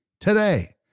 today